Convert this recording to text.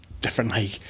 Differently